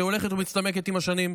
שהולכת ומצטמקת עם השנים.